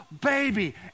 baby